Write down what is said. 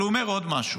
אבל הוא אומר עוד משהו.